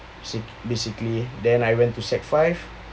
so basically then I went to sec five